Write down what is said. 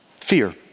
Fear